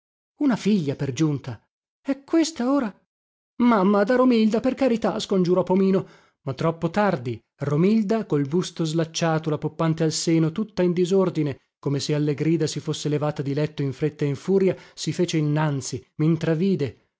una figlia per giunta e questa ora mamma da romilda per carità scongiurò pomino ma troppo tardi romilda col busto slacciato la poppante al seno tutta in disordine come se alle grida si fosse levata di letto in fretta e in furia si fece innanzi mintravide